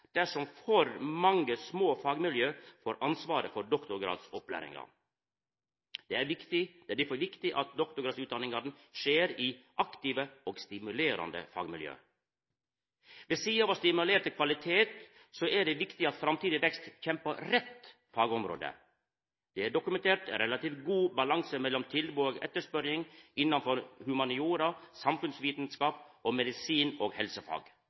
dersom for mange små fagmiljø får ansvaret for doktorgradsopplæringa. Det er difor viktig at doktorgradsutdanningane skjer i aktive og stimulerande fagmiljø. Ved sida av å stimulera til kvalitet er det viktig at framtidig vekst kjem på rett fagområde. Det er dokumentert relativt god balanse mellom tilbod og etterspurnad innanfor humaniora, samfunnsvitskap og